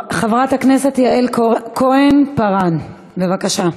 חברת הכנסת יעל כהן-פארן, בבקשה.